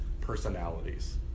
personalities